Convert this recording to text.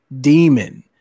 demon